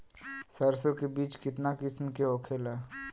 सरसो के बिज कितना किस्म के होखे ला?